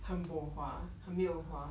很 bo hua 很没有花